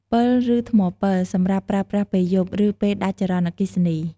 ពិល និងថ្មពិល សម្រាប់ប្រើប្រាស់ពេលយប់ ឬពេលដាច់ចរន្តអគ្គិសនី។